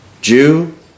Jew